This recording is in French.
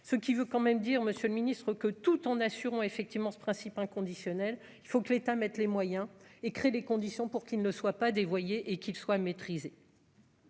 ce qui veut quand même dire, Monsieur le Ministre, que tout en assurant effectivement ce principe inconditionnel, il faut que l'État mette les moyens et créer les conditions pour qu'il ne soit pas dévoyé et qu'il soit maîtrisé.